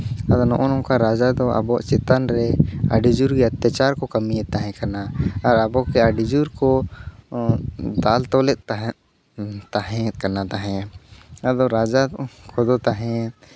ᱟᱫᱚ ᱱᱚᱜᱼᱚᱸᱭ ᱱᱚᱝᱠᱟ ᱨᱟᱡᱟ ᱫᱚ ᱟᱵᱚᱣᱟᱜ ᱪᱮᱛᱟᱱ ᱨᱮ ᱟᱹᱰᱤ ᱡᱳᱨ ᱜᱮ ᱚᱛᱛᱟᱪᱟᱨ ᱠᱚ ᱠᱟᱹᱢᱤᱭᱮᱫ ᱛᱟᱦᱮᱸ ᱠᱟᱱᱟ ᱟᱨ ᱟᱵᱚᱠᱮ ᱟᱹᱰᱤ ᱡᱳᱨ ᱠᱚ ᱫᱟᱞ ᱛᱚᱞᱮᱫ ᱛᱟᱦᱮᱸᱫ ᱛᱟᱦᱮᱸ ᱠᱟᱱᱟ ᱛᱟᱦᱮᱸᱫ ᱟᱫᱚ ᱨᱟᱡᱟ ᱠᱚᱫᱚ ᱛᱟᱦᱮᱸᱫ